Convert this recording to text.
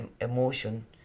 emotion